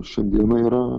šiai dienai yra